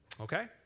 Okay